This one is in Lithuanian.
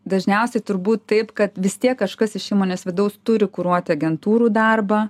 dažniausiai turbūt taip kad vis tiek kažkas iš įmonės vidaus turi kuruoti agentūrų darbą